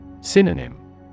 Synonym